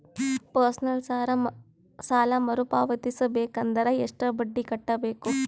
Personal ಸಾಲ ಮರು ಪಾವತಿಸಬೇಕಂದರ ಎಷ್ಟ ಬಡ್ಡಿ ಕಟ್ಟಬೇಕು?